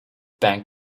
back